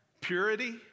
purity